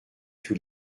tous